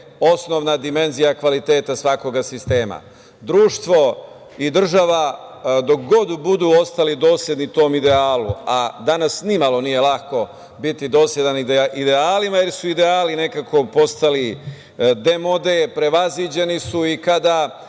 osnovna dimenzija kvaliteta svakog sistema. Društvo i država dok god budu ostali dosledni tom idealu, a danas ni malo nije lako biti dosledan idealima, jer su ideali nekako postali demode, prevaziđeni su i kada